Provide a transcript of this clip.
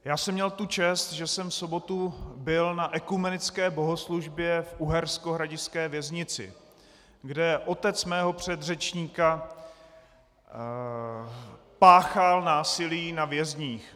Já jsem měl tu čest, že jsem v sobotu byl na ekumenické bohoslužbě v uherskohradišťské věznici, kde otec mého předřečníka páchal násilí na vězních.